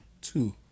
Two